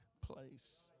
place